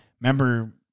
Remember